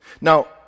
Now